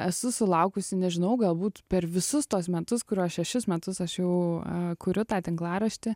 esu sulaukusi nežinau galbūt per visus tuos metus kuriuos šešis metus aš jau kuriu tą tinklaraštį